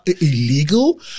illegal